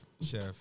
chef